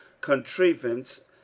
contrivance